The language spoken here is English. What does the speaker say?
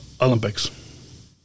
Olympics